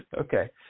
Okay